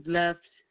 left